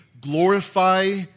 glorify